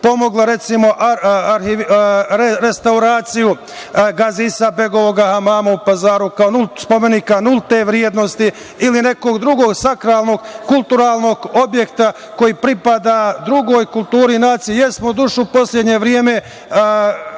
pomogla, recimo restauraciju Gazi Isa-begovog hamama Pazaru, kao nult spomenika, spomenika nulte vrednosti ili nekog drugog sakralnog kulturalnog objekta koji pripada drugoj kulturi i naciji. Jesmo, doduše u poslednje vreme,